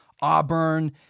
Auburn